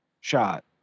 shot